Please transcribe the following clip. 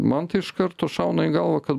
man tai iš karto šauna į galvą kad